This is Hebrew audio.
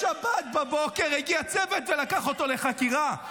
בשבת בבוקר הגיע צוות ולקח אותו לחקירה.